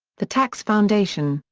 the tax foundation,